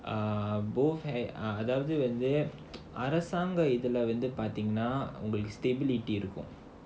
um both had அதாவது வந்து அரசாங்க இதுல வந்து பார்த்தீங்கன்னா உங்களுக்கு:adhaavathu vandhu arasaanga idhula vandhu paartheenganaa ungalukku with stability இருக்கும்:irukkum